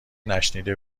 نشنیده